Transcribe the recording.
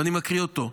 ואני מקריא אותו: